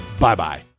Bye-bye